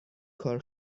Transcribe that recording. کار